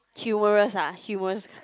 humorous ah humorous